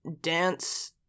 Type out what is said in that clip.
dance